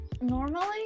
normally